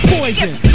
Poison